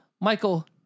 Michael